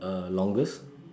uh longest